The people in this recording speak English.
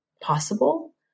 possible